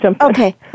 Okay